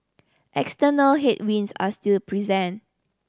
external headwinds are still present